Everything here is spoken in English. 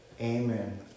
Amen